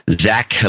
Zach